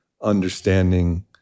understanding